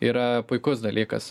yra puikus dalykas